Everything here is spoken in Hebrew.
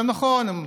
עכשיו, נכון, הם